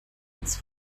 ins